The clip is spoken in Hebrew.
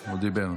עטאונה, דיבר.